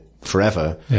forever